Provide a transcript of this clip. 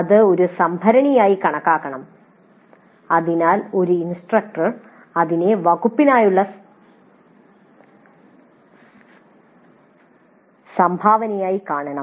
ഇത് ഒരു സംഭരണിയായി കണക്കാക്കണം ഡിപ്പാർട്ട്മെന്റ് തലത്തിൽ പരിപാലിക്കുന്നു അതിനാൽ ഒരു ഇൻസ്ട്രക്ടർ അതിനെ വകുപ്പിനുള്ള സംഭാവനയായി കാണണം